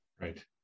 Right